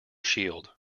shield